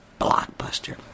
blockbuster